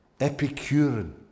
Epicurean